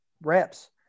reps